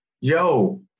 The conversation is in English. yo